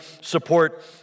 support